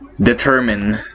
determine